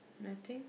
nothing